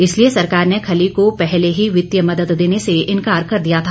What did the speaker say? इसलिए सरकार ने खली को पहले ही वित्तीय मदद देने से इनकार कर दिया था